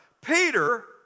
Peter